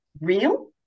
real